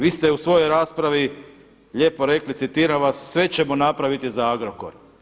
Vi ste u svojoj raspravi lijepo rekli, citiram vas: „Sve ćemo napraviti za Agrokor“